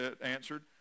answered